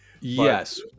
Yes